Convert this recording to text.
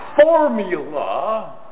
formula